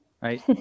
Right